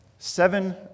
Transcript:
Seven